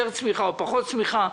יותר צמיחה או פחות צמיחה.